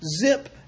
Zip